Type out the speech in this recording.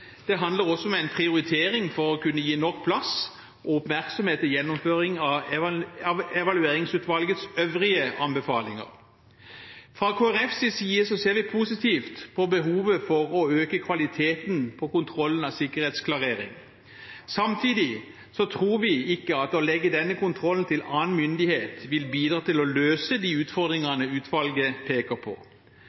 Det handler også om en prioritering for å kunne gi nok plass og oppmerksomhet til gjennomføring av Evalueringsutvalgets øvrige anbefalinger. Fra Kristelig Folkepartis side ser vi positivt på behovet for å øke kvaliteten på kontrollen av sikkerhetsklarering. Samtidig tror vi ikke at det å legge denne kontrollen til annen myndighet vil bidra til å løse de utfordringene utvalget peker på.